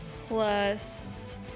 Plus